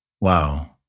Wow